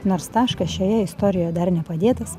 nors taškas šioje istorijoje dar nepadėtas